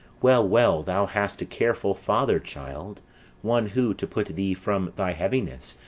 well, well, thou hast a careful father, child one who, to put thee from thy heaviness,